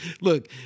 look